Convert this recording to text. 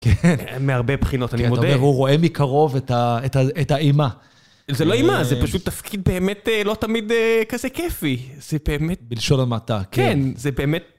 כן. מהרבה בחינות, אני מודה. אתה אומר, הוא רואה מקרוב את האימה. זה לא אימה, זה פשוט תפקיד באמת לא תמיד כזה כיפי. זה באמת... בלשון המעטה. כן, זה באמת...